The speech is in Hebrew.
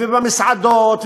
במסעדות,